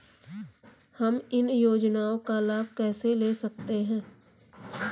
हम इन योजनाओं का लाभ कैसे ले सकते हैं?